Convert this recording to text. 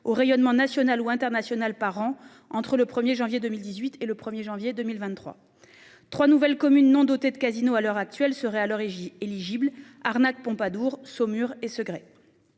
au rayonnement national ou international par an entre le 1er janvier 2018 et le 1er janvier 2023. 3 nouvelles communes non dotés de Casino, à l'heure actuelle, serait à l'origine éligibles arnaque Pompadour Saumur et Segré.